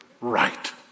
Right